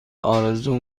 آرزو